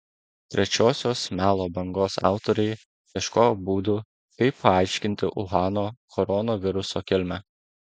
trečiosios melo bangos autoriai ieškojo būdų kaip paaiškinti uhano koronaviruso kilmę